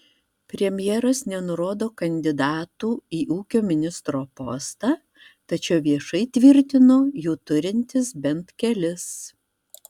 premjeras nenurodo kandidatų į ūkio ministro postą tačiau viešai tvirtino jų turintis bent kelis